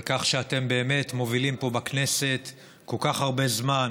על כך שאתם מובילים פה בכנסת כל כך הרבה זמן